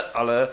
ale